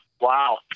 wow